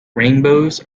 rainbows